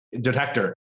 detector